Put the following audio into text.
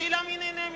השאלה מי נהנה מזה.